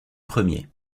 premier